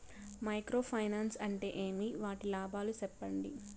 Micro finance అంటే ఏమి? వాటి లాభాలు సెప్పండి?